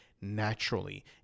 naturally